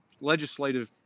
legislative